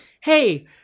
Hey